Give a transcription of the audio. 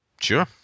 Sure